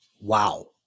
Wow